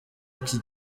iki